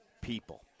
people